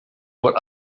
what